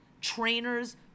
Trainers